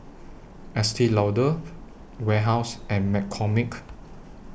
Estee Lauder Warehouse and McCormick